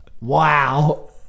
Wow